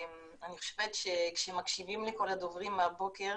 אני חושבת שכשמקשיבים לכל הדוברים מהבוקר,